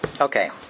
Okay